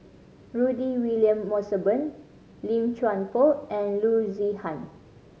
Rudy William Mosbergen Lim Chuan Poh and Loo Zihan